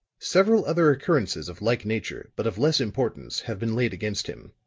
several other occurrences of like nature, but of less importance, have been laid against him.